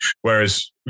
Whereas